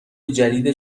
جدید